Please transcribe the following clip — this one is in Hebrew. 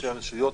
ראשי הרשויות,